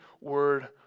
word